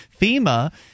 FEMA